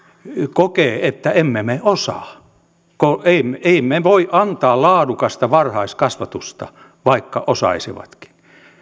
he kokevat että emme me osaa emme me emme me voi antaa laadukasta varhaiskasvatusta vaikka osaisivatkin